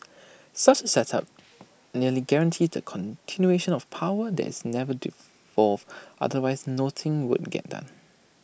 such A setup nearly guarantees the continuation of power that is never devolved otherwise nothing would get done